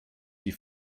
die